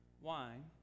wine